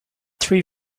three